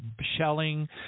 shelling